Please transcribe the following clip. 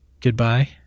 goodbye